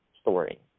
story